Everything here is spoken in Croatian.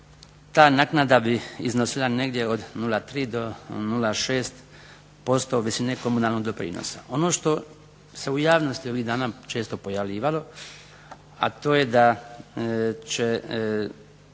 ta naknada bi iznosila od 0,3, do 0,6% visine komunalnog doprinosa. Ono što se u javnosti ovih dana često pojavljivalo a to je da će